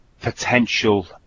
potential